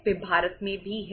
वे भारत में हैं